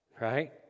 right